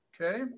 okay